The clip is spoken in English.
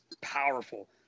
powerful